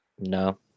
No